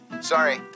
Sorry